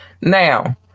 Now